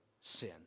sin